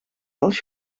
als